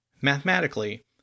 Mathematically